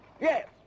Yes